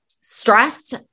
stress